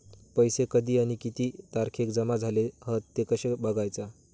पैसो कधी आणि किती तारखेक जमा झाले हत ते कशे बगायचा?